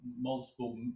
multiple